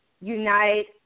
unite